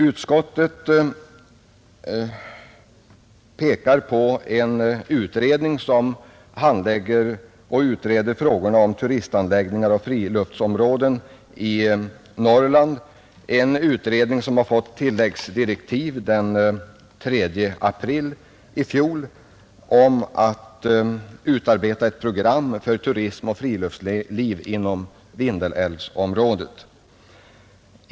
Utskottet pekar på att frågorna om turistanläggningar och friluftsområden i Norrland handlägges av en utredning, som den 3 april 1970 fick tilläggsdirektiv om att utarbeta ett program för turism och friluftsliv inom Vindelälvsområdet.